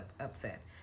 upset